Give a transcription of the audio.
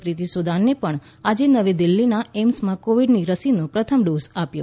પ્રીતિ સુદાનને પણ આજે નવી દિલ્હીના એઈમ્સમાં કોવિડ રસીનો પ્રથમ ડોઝ આપ્યો